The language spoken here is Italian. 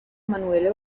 emanuele